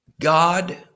God